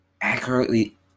accurately